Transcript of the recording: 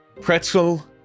Pretzel